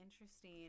interesting